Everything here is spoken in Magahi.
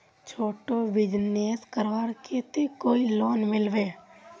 छोटो बिजनेस करवार केते कोई लोन मिलबे?